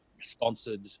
sponsored